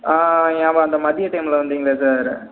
ஆ ஆமா அந்த மதிய டைமில் வந்தீங்களே சார்